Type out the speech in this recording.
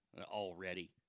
already